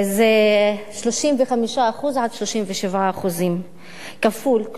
זה 35% 37% כלומר